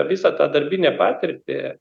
visą tą darbinę patirtį